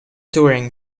touring